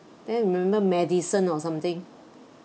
then remember medicine or something